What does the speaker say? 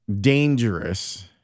dangerous